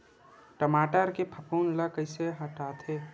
टमाटर के फफूंद ल कइसे हटाथे?